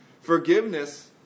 forgiveness